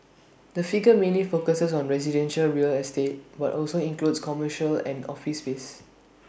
the figure mainly focuses on residential real estate but also includes commercial and office space